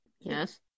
yes